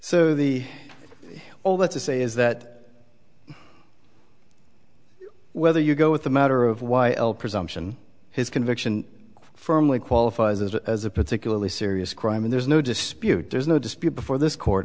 so the all that's to say is that whether you go with the matter of y l presumption his conviction firmly qualifies as a particularly serious crime and there's no dispute there's no dispute before this court